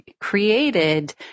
created